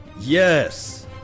Yes